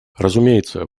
разумеется